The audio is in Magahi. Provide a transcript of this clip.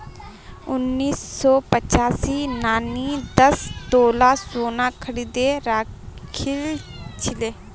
उन्नीस सौ पचासीत नानी दस तोला सोना खरीदे राखिल छिले